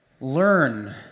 learn